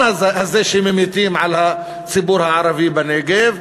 הזה שממיטים על הציבור הערבי בנגב,